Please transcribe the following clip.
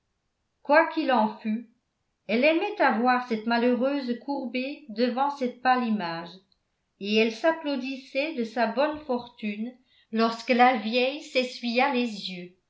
qu'il en fût elle aimait à voir cette malheureuse courbée devant cette pâle image et elle s'applaudissait de sa bonne fortune lorsque la vieille s'essuya les yeux